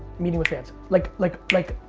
meeting with answer. like, like, like,